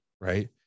right